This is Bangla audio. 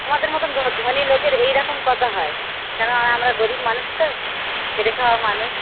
তোমাদের মতন ধনী লোকের এই রকম কতা হয় কেন আমরা গরিব মানুষ তো খেটে খাওয়া মানুষ